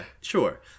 sure